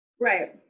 right